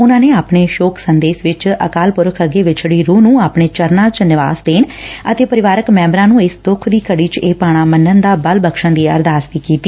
ਉਨਾਂ ਨੇ ਆਪਣੇ ਸੋਕ ਸੰਦੇਸ਼ ਵਿਚ ਅਕਾਲ ਪੁਰਖ ਅੱਗੇ ਵਿਛੜੀ ਰੁਹ ਨੂੰ ਆਪਣੇ ਚਰਨਾਂ ਚ ਨਿਵਾਸ ਦੇਣ ਅਤੇ ਪਰਿਵਾਰਕ ਮੈਬਰਾਂ ਨੂੰ ਇਸ ਦੁੱਖ ਦੀ ਘੜੀ ਚ ਇਹ ਭਾਣਾ ਮੰਨਣ ਦਾ ਬਲ ਬਕੱਸ਼ਣ ਦੀ ਅਰਦਾਸ ਕੀਡੀ